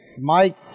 Mike